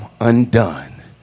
undone